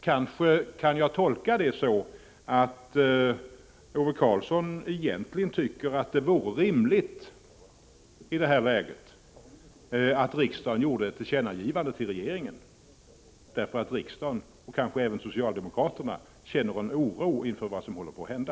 Kanske kan jag tolka det så, att Ove Karlsson egentligen tycker att det i detta läge vore rimligt att riksdagen gjorde ett tillkännagivande till regeringen, därför att riksdagen — och det gäller kanske även socialdemokraterna — känner en oro inför vad som håller på att hända.